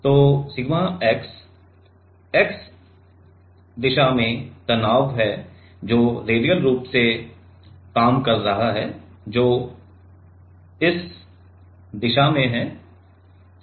तो sigma x x दिशा में तनाव है जो रेडियल रूप से काम कर रहा है जो इस दिशा में है